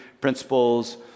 principles